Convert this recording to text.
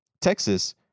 Texas